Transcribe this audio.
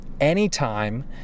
anytime